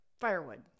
firewood